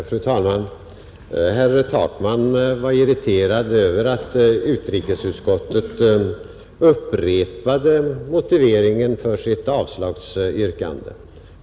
Fru talman! Herr Takman var irriterad över att utrikesutskottet upprepade motiveringen för sitt avstyrkande.